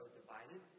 divided